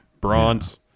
Bronze